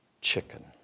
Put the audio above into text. chicken